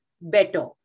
better